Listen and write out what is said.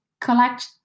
collect